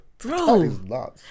Bro